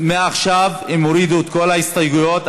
מעכשיו הורידו את כל ההסתייגויות.